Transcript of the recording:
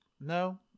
No